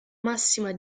massima